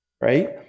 right